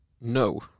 No